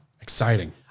exciting